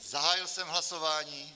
Zahájil jsem hlasování.